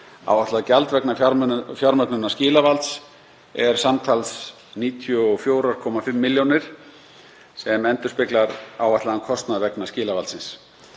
Áætlað gjald vegna fjármögnunar skilavalds er samtals 94,5 milljónir sem endurspeglar áætlaðan kostnað vegna skilavaldsins.